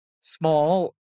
small